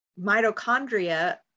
mitochondria